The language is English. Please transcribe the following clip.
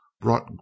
brought